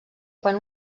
quan